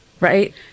right